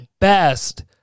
best